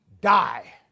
die